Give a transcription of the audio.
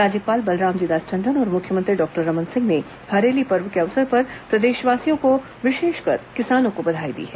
राज्यपाल बलरामजी दास टंडन और मुख्यमंत्री डॉक्टर रमन सिंह ने हरेली पर्व के अवसर पर प्रदेशवासियों विशेषकर किसानों को बधाई दी हैं